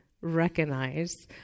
recognize